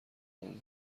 اومد